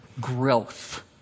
growth